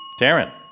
Darren